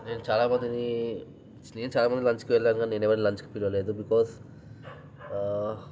నేను చాలామందిని నేను చాలామంది లంచ్కి వెళ్ళాను కానీ నేను ఎవరినీ లంచ్కి పిలువలేదు బికాస్